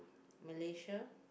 Malaysia